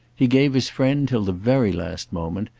he gave his friend till the very last moment,